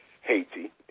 Haiti